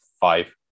five